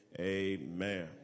Amen